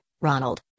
Ronald